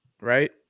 right